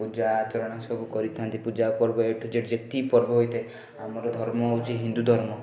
ପୂଜା ଆଚରଣ ସବୁ କରିଥାନ୍ତି ପୂଜା ପର୍ବ ଏ ଠୁ ଜେଡ଼୍ ଯେତିକି ପର୍ବ ହୋଇଥାଏ ଆମର ଧର୍ମ ହଉଛି ହିନ୍ଦୁଧର୍ମ